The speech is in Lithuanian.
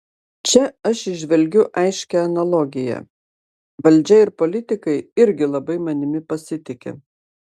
čia aš įžvelgiu aiškią analogiją valdžia ir politikai irgi labai manimi pasitiki